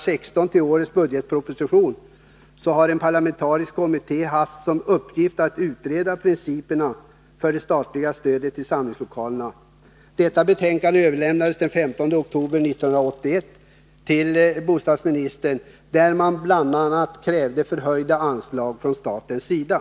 16 till årets budgetproposition har en parlamentarisk kommitté haft till uppgift att utreda principerna för det statliga stödet till samlingslokaler. Ett betänkande överlämnades den 5 oktober 1981 till bostadsministern. Man kräver där bl.a. förhöjda anslag från statens sida.